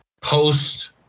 post